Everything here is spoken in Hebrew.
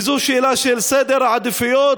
וזו שאלה של סדר עדיפויות,